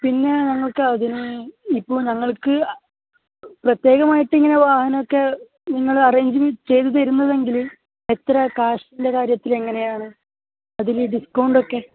പിന്നെ ഞങ്ങൾക്കതിന് ഇപ്പോൾ ഞങ്ങൾക്ക് പ്രത്യേകമായിട്ടിങ്ങിനെ വാഹനമൊക്കെ നിങ്ങൾ അറേഞ്ച് ചെയ്തുതരുന്നതെങ്കിൽ എത്രയാണ് കാശിൻ്റെ കാര്യത്തിലെങ്ങനെയാണ് അതിൽ ഡിസ്കൗണ്ടൊക്കെ